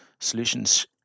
solutions